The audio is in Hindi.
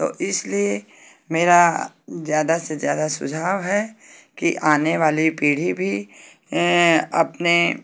तो इसलिए मेरा ज़्यादा से ज़्यादा सुझाव है कि आने वाली पीढ़ी भी अपने